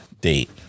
date